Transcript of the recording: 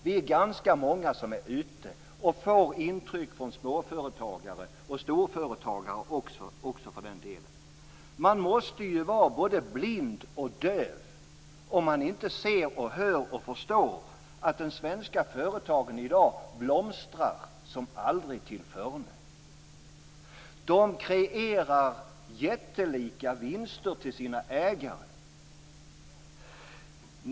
Vi är ganska många som är ute och får intryck från småföretagare, och för den delen också från storföretagare. Man måste vara både blind och döv om man inte ser, hör och förstår att de svenska företagen i dag blomstrar som aldrig tillförne. De kreerar jättelika vinster till sina ägare.